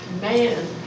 man